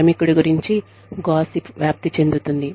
కార్మికుడి గురించి గాసిప్ వ్యాప్తి చెందుతుంది